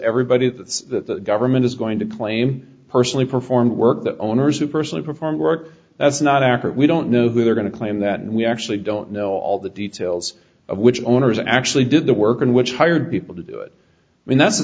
everybody that the government is going to claim personally performed work that owners who personally perform work that's not accurate we don't know who they're going to claim that and we actually don't know all the details of which owners actually did the work and which hired people to do i mean that's the